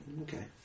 okay